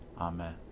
Amen